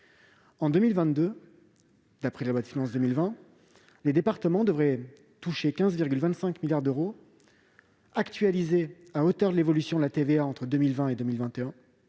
En 2022, d'après la loi de finances pour 2020, les départements devraient toucher 15,25 milliards d'euros, actualisés à hauteur de l'évolution de la TVA entre 2020 et 2021.